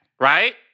right